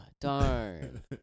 Darn